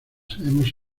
hemos